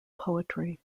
poetry